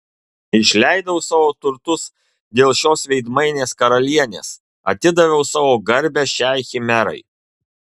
išleidau savo turtus dėl šios veidmainės karalienės atidaviau savo garbę šiai chimerai